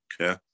okay